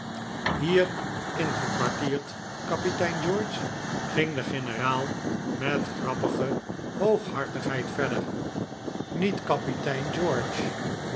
hier ingekwartierd kapitein george ging de generaal met grappige hooghartigheid verder niet kapitein george